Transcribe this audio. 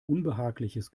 unbehagliches